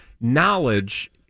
knowledge